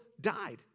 died